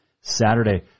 Saturday